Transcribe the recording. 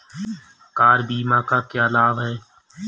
Car बीमा का क्या लाभ है?